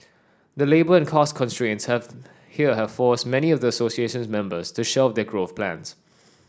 the labour and cost constraints have here have forced many of the association's members to shelf their growth plans